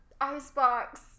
icebox